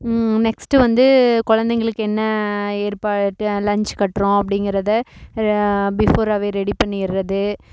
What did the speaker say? next வந்து குழந்தைங்களுக்கு என்ன ஏற்பாட்டு லன்ச் கட்டுறோம் அப்படிங்கிறத பிஃபோராவே ரெடி பண்ணிடுறது